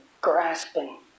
grasping